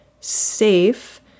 safe